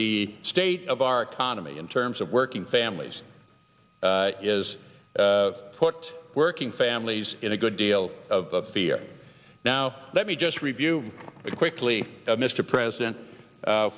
the state of our economy in terms of working families is put working families in a good deal of fear now let me just review quickly mr president